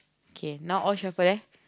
okay now all shuffle eh